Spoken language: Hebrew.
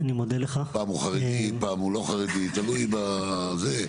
פעם הוא חרדי פעם הוא לא חרדי תלוי בזה,